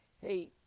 Hey